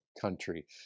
country